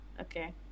Okay